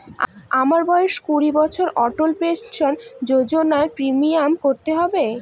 আমার বয়স কুড়ি বছর অটল পেনসন যোজনার প্রিমিয়াম কত হবে?